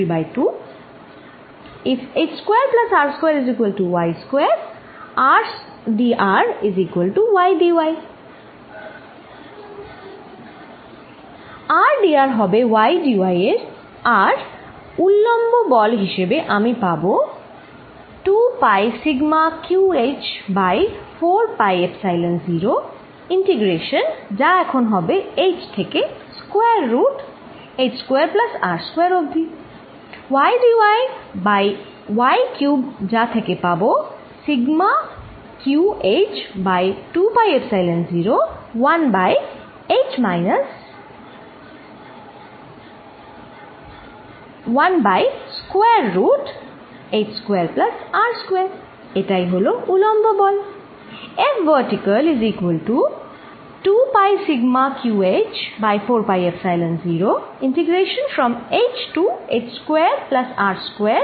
আমরা যদি h square plus R স্কয়ারএর বিকল্পে yস্কয়ার লিখি rdr হবে ydy আর উলম্ব বল হিসেবে আমি পাব 2 পাই σqhবাই 4 পাই এপসাইলন0 ইন্টিগ্রেশন যা এখন হবে h থেকে square root h square plus R square অব্দি ydy বাইy কিউব যা থেকে পাব σqhবাই 2 পাই এপসাইলন0 1বাই h minus 1 by square root h square plus R square